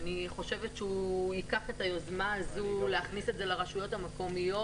אני חושבת שהוא ייקח את היוזמה הזו להכניס את זה לרשויות המקומיות.